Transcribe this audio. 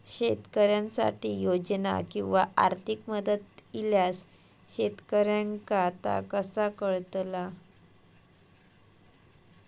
शेतकऱ्यांसाठी योजना किंवा आर्थिक मदत इल्यास शेतकऱ्यांका ता कसा कळतला?